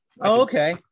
okay